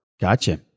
Gotcha